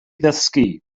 ddysgu